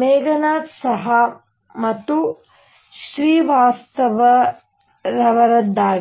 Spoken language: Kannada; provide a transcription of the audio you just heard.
ಮೇಘನಾಥ ಸಹಾ ಮತ್ತು ಶ್ರೀವಾಸ್ತವರವರದ್ದಾಗಿದೆ